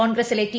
കോൺഗ്രസിലെ ടി